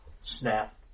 snap